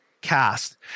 cast